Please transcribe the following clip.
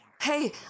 Hey